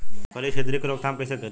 फली छिद्रक के रोकथाम कईसे करी?